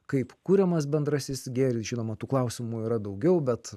kaip kuriamas bendrasis gėris žinoma tų klausimų yra daugiau bet